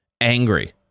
angry